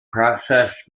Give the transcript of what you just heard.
process